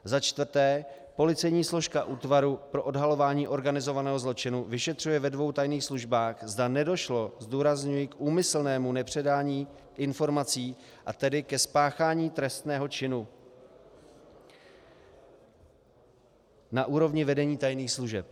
Za čtvrté, policejní složka Útvaru pro odhalování organizovaného zločinu vyšetřuje ve dvou tajných službách, zda nedošlo zdůrazňuji k úmyslnému nepředání informací, a tedy ke spáchání trestného činu na úrovni vedení tajných služeb.